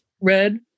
red